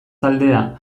taldea